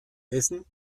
essen